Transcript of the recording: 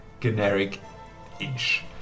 generic-ish